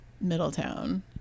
Middletown